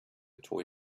toy